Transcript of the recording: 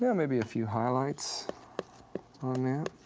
yeah maybe a few highlights on that.